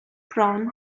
bron